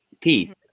teeth